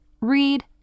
read